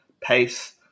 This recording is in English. pace